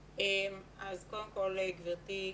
קודם כל, גבירתי,